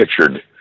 pictured